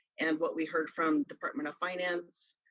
and what we heard from department of finance.